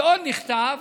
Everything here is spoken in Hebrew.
ועוד נכתב: